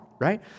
right